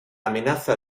amenaza